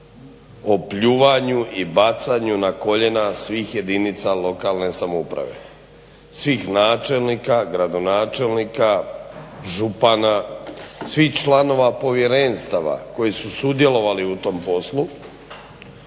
o pljuvanju i bacanju na koljena svih jedinica lokalne samouprave, svih načelnika, gradonačelnika, župana, svih članova povjerenstava koji su sudjelovali u tom poslu.